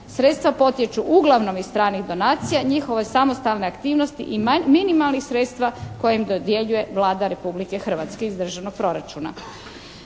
Sredstva potječu uglavnom iz stranih donacija, njihove samostalne aktivnosti i minimalnih sredstva koja im dodjeljuje Vlada Republike Hrvatske iz državnog proračuna.